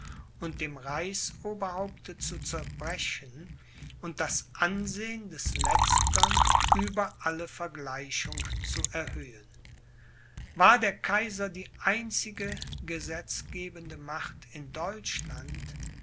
und dem reichsoberhaupte zu zerbrechen und das ansehen des letztern über alle vergleichung zu erhöhen war der kaiser die einzige gesetzgebende macht in deutschland